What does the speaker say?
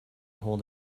hold